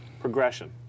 Progression